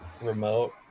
remote